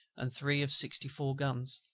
and three of sixty-four guns.